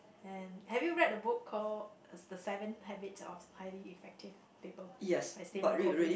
and have you read a book call the Seven Habits of Highly Effective People by Stephen-Covey